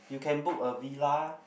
you can book a villa